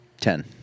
ten